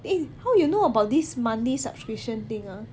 eh how you know about this monthly subscription thing ah